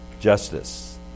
justice